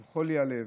עם חולי הלב.